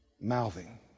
mouthing